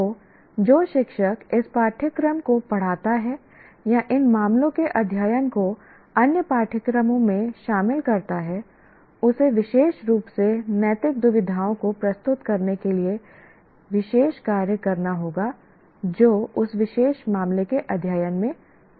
तो जो शिक्षक इस पाठ्यक्रम को पढ़ाता है या इन मामलों के अध्ययन को अन्य पाठ्यक्रमों में शामिल करता है उसे विशेष रूप से नैतिक दुविधाओं को प्रस्तुत करने के लिए विशेष कार्य करना होगा जो उस विशेष मामले के अध्ययन में आएगा